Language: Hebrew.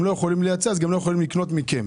הם לא יכולים לייצר אז גם לא יכולים לקנות מכם.